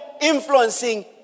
influencing